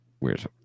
Weird